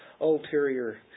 ulterior